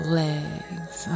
legs